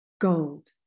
gold